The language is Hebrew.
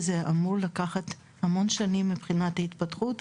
זה אמור לקחת המון שנים מבחינת ההתפתחות,